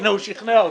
הנה, הוא שכנע אותי.